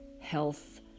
health